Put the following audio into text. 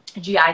GI